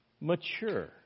mature